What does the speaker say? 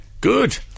Good